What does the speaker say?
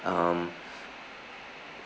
um